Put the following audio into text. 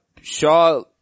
Shaw